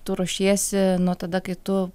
tu ruošiesi nuo tada kai tu